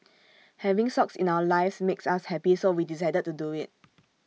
having socks in our lives makes us happy so we decided to do IT